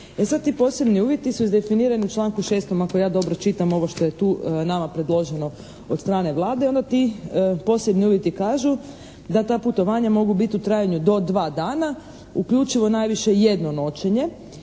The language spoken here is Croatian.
sada, ti posebni uvjeti su izdefinirani u članku 6. ako ja dobro čitam ovo što je tu nama predloženo od strane Vladi i onda ti posebni uvjeti kažu da ta putovanja mogu biti u trajanju do dva dana uključivo najviše jedno noćenje,